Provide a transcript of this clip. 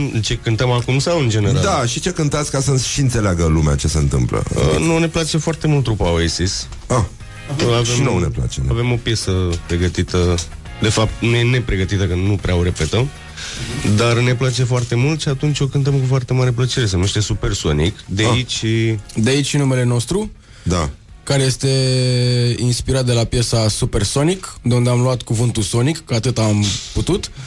În ce cântăm acum sau în general? Da, și ce cântați ca să și înțeleagă lumea ce se întâmplă? Uh, nu, ne place foarte mult trupa Oasis. Ah. Avem- Și nouă ne place, ne- avem o piesă pregătită, de fapt, nu e nepregătită, că nu prea o repetăm, dar ne place foarte mult și atunci o cântăm cu foarte mare plăcere. Se numește Supersonic. De Ah. aici- De aici și numele nostru, Da. care este inspirat de la piesa Supersonic, de unde am luat cuvântul sonic, că atât am putut.